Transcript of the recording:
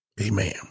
Amen